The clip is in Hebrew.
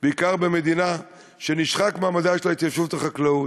בעיקר במדינה שנשחק בה מעמדן של ההתיישבות והחקלאות.